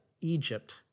Egypt